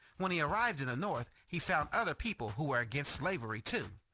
when he arrived in the north he found other people who were against slavery too.